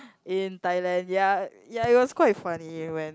in Thailand ya ya it was quite funny when